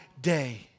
day